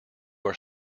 are